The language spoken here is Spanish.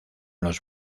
los